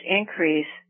increase